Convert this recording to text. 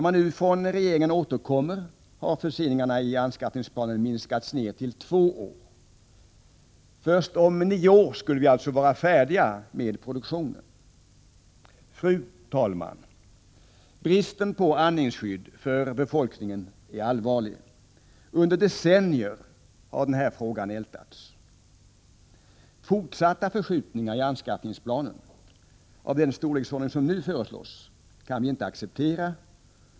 När regeringen nu återkommer har förseningarna i anskaffningsplanen minskats ned till två år. Först om nio år skulle vi alltså vara färdiga med produktionen. Fru talman! Bristen på andningsskydd för befolkningen är allvarlig. Under decennier har denna fråga ältats. Fortsatta förskjutningar i anskaffningsplanen av den storleksordning som nu föreslås kan vi inte acceptera.